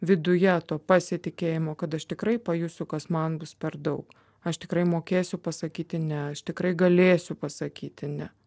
viduje to pasitikėjimo kad aš tikrai pajusiu kas man bus per daug aš tikrai mokėsiu pasakyti ne aš tikrai galėsiu pasakyti ne